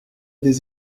des